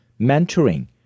mentoring